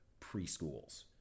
Preschools